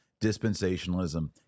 Dispensationalism